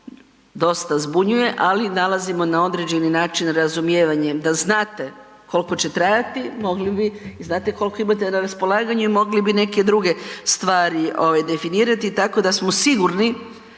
dosta zbunjuje ali nalazimo i na određeni način razumijevanje, da znate koliko će trajati mogli bi i znate koliko imate na raspolaganju i mogli bi neke druge stvari ovaj definirati tako da smo sigurni